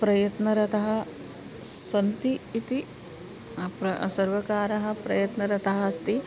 प्रयत्नरतः सन्ति इति प्र सर्वकारः प्रयत्नरतः अस्ति